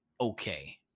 okay